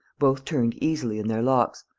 both turned easily in their locks,